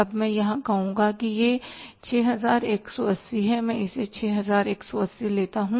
अब मैं यहां कहूँगा कि यह 6180 है मैं इसे 6180 लेता हूं